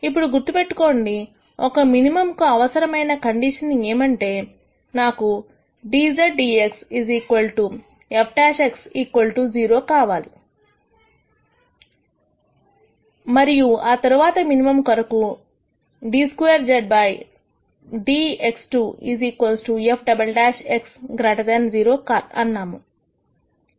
ఇప్పుడు గుర్తుపెట్టుకోండి ఒక మినిమం కు అవసరమైన కండిషన్ ఏమంటే నాకు dz dx f' 0 అవ్వాలి మరియు తరువాత మినిమం కొరకు d2z dx2 f" 0 అన్నాము